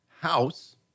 house